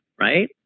right